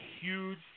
huge